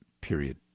period